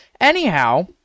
Anyhow